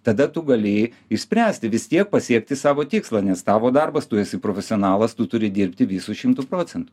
tada tu gali išspręsti vis tiek pasiekti savo tikslą nes tavo darbas tu esi profesionalas tu turi dirbti visu šimtu procentų